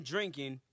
drinking